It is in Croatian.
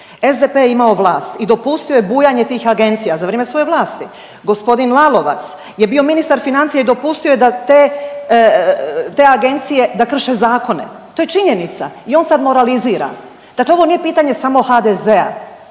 SDP je imao vlast i dopustio je bujanje tih agencija za vrijeme svoje vlasti. Gospodin Lalovac je bio ministar financija i dopustio je da te, te agencije da krše zakone. To je činjenica. I on sad moralizira. Dakle, ovo nije pitanje samo HDZ-a.